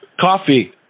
coffee